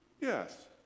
yes